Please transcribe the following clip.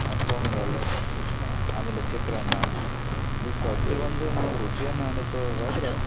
ಪೊಂಗಲ್ ಆಮೇಲೆ ಚಿತ್ರಾನ್ನ ನೀವು ಪ್ರತಿ ಒಂದು ನಾವು ರುಚಿಯನ್ನು ಅನುಸರಾದ್ರೆ